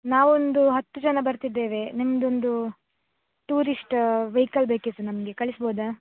ನಾವೊಂದು ಹತ್ತು ಜನ ಬರ್ತಿದ್ದೇವೆ ನಿಮ್ಮದೊಂದು ಟೂರಿಸ್ಟ್ ವೆಹಿಕಲ್ ಬೇಕಿತ್ತು ನಮಗೆ ಕಳಿಸ್ಬೋದ